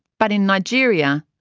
but in nigeria,